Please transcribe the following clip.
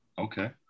Okay